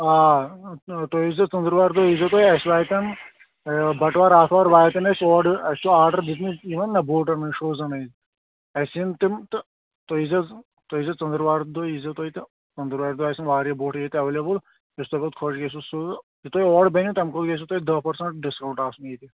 آ تُہۍ یی زیٚو ژٔنٛدر وارِ دۅہ یی زیٚو تُہۍ اَسہِ واتیٚن بَٹہٕ وار آتھوار واتیٚن اَسہِ اوٗرٕ اَسہِ چھُ آڈر دیُتمُت نا یِمَن نا بوٗٹن ہُنٛد شوٗزن ہُنٛد اَسہِ یِنۍ تِم تہٕ تُہۍ یی زیٚو ژٔنٛدروارِ دۅہ یی زیٚو تُہۍ تہٕ ژٔنٛدروارِ دۅہ آسَن واریاہ بوٗٹ ییٚتہِ ایٚویلیبٕل تہٕ یُس تۅہہِ پَتہٕ خۅش گژھَِو سُہ یہَِ تۅہہِ اوٗرٕ بَنوٕ تَمہِ کھۅتہٕ گَژھوٕ تۅہہِ دَہ پٔرسنٛٹ ڈِسکاوُنٛٹ آسُن ییٚتہِ